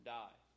die